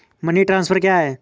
Money transfer क्या है?